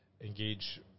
Engage